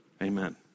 Amen